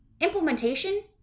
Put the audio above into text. Implementation